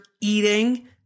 eating